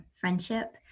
friendship